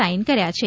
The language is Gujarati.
સાઇન કર્યા છે